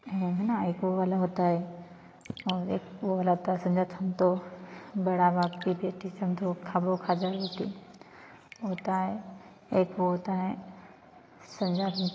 ये है ना एक ओ वाला होता है और एक वो वाला होता है संजाथम तो बड़ा बाप की बेटी हम धो खाबो खाजा रोटी होता है एक वो होता है संजा रो